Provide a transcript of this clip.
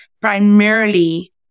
primarily